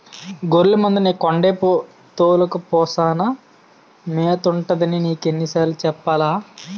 గొర్లె మందని కొండేపు తోలుకపో సానా మేతుంటదని నీకెన్ని సార్లు సెప్పాలా?